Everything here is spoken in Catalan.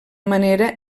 manera